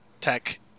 tech